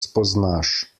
spoznaš